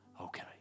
okay